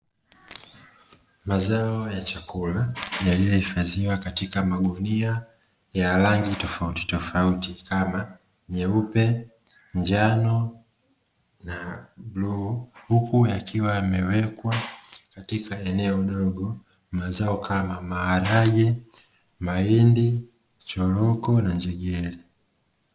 Mazao ya chakula yaliyohifadhiwa katika magunia ya rangi tofautitofauti kama nyeupe njano na huku yakiwa yamewekwa katika eneo, kama maharagwe, choroko na njegere.